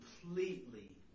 completely